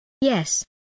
Yes